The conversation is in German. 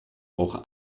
auch